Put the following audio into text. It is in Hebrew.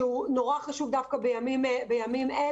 שהוא מאוד חשוב דווקא בימים אלה.